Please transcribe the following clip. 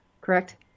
correct